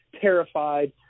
terrified